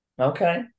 Okay